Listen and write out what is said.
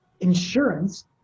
Insurance